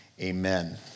Amen